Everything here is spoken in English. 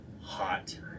hot